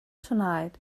tonight